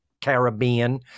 Caribbean